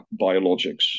biologics